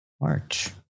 march